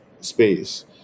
space